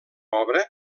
obra